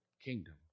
kingdom